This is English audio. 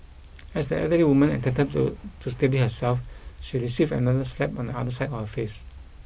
as the elderly woman attempted to to steady herself she received another slap on the other side of her face